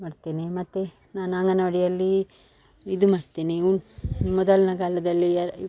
ಮಾಡ್ತೇನೆ ಮತ್ತು ನಾನು ಅಂಗನವಾಡಿಯಲ್ಲಿ ಇದು ಮಾಡ್ತೇನೆ ಊ ಮೊದಲ್ನೇ ಕಾಲದಲ್ಲಿ ಎರ್